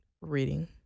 Reading